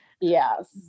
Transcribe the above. Yes